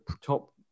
top